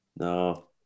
No